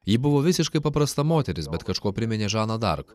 ji buvo visiškai paprasta moteris bet kažkuo priminė žaną dark